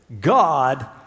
God